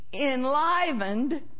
enlivened